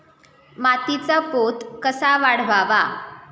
मातीचा पोत कसा वाढवावा?